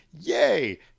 yay